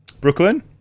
Brooklyn